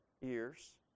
years